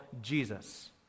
Jesus